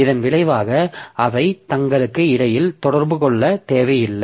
இதன் விளைவாக அவை தங்களுக்கு இடையில் தொடர்பு கொள்ளத் தேவையில்லை